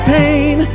pain